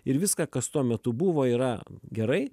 ir viską kas tuo metu buvo yra gerai